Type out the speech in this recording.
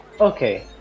Okay